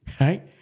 right